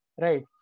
Right